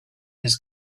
his